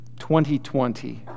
2020